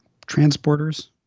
transporters